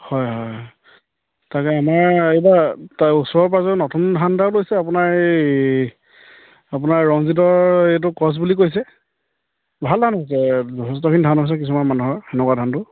হয় হয় তাকে আমাৰ এইবাৰ তাৰ ওচৰৰ পাজৰে নতুন আপোনাৰ এই আপোনাৰ ৰঞ্জিতৰ এইটো ক্ৰছ বুলি কৈছে ভাল ধান হৈছে যথেষ্টখিনি ধান হৈছে কিছুমান মানুহৰ সেনেকুৱা ধানটো